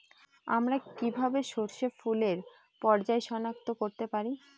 আমরা কিভাবে ফসলে ফুলের পর্যায় সনাক্ত করতে পারি?